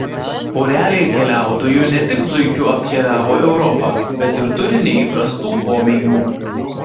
porelė keliautojų ne tik zuikiu apkeliavo europą bet ir turi neįprastų pomėgių